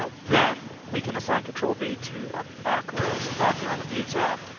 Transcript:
ah then we can assign control v to a macro. so, back here on the view tab.